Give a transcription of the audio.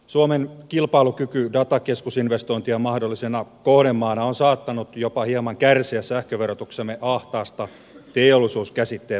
suomen kilpailukyky datakeskusinvestointien mahdollisena kohdemaana on saattanut jopa hieman kärsiä sähköverotuksemme ahtaasta teollisuus käsitteen määritelmästä